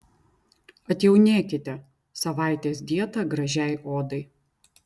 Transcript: atjaunėkite savaitės dieta gražiai odai